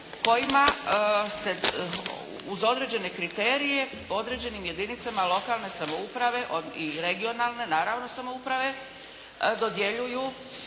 kojima se uz određene kriterije u određenim jedinicama lokalne samouprave i regionalne, naravno samouprave dodjeljuju